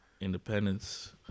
independence